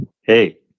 Hey